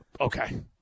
Okay